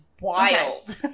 wild